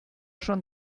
schon